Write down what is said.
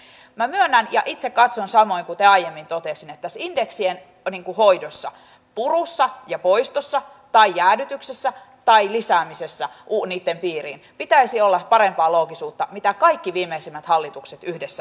minä myönnän ja itse katson samoin kuten aiemmin totesin että tässä indeksien hoidossa purussa ja poistossa tai jäädytyksessä tai lisäämisessä niitten piiriin pitäisi olla parempaa loogisuutta mitä kaikki viimeisimmät hallitukset yhdessä ovat harjoittaneet